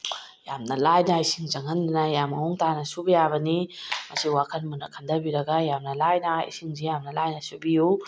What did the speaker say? ꯌꯥꯝꯅ ꯂꯥꯏꯅ ꯏꯁꯤꯡ ꯆꯪꯍꯟꯗꯅ ꯌꯥꯝ ꯃꯑꯣꯡ ꯇꯥꯅ ꯁꯨꯕ ꯌꯥꯕꯅꯤ ꯑꯁꯤ ꯋꯥꯈꯟ ꯃꯨꯟꯅ ꯈꯟꯊꯕꯤꯔꯒ ꯌꯥꯝꯅ ꯂꯥꯏꯅ ꯏꯁꯤꯡꯁꯦ ꯌꯥꯝꯅ ꯂꯥꯏꯅ ꯁꯨꯕꯤꯌꯨ